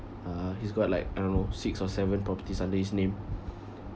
uh he's got like I don't know six or seven properties under his name